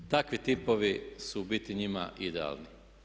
Takvi tipovi su u biti njima idealni.